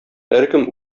һәркем